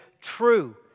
true